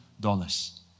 dollars